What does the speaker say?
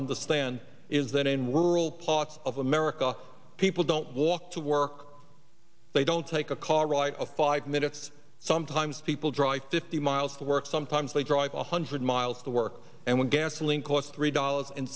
understand is that in rural parts of america people don't walk to work they don't take a car right of five minutes sometimes people drive fifty miles to work sometimes they drive one hundred miles to work and when gasoline costs three dollars and